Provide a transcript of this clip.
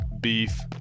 beef